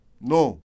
No